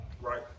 right